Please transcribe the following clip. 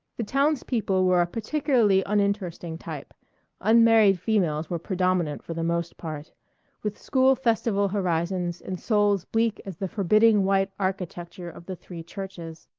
the townspeople were a particularly uninteresting type unmarried females were predominant for the most part with school-festival horizons and souls bleak as the forbidding white architecture of the three churches.